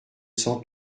cents